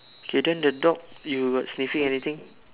okay then the dog you got sniffing anything